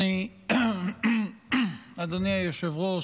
אדוני היושב-ראש,